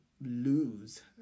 lose